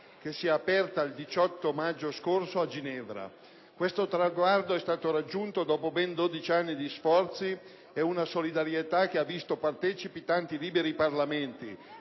che si è aperta il 18 maggio scorso a Ginevra. Questo traguardo è stato raggiunto dopo ben 12 anni di sforzi e una solidarietà che ha visto partecipi tanti liberi Parlamenti,